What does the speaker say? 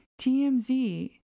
TMZ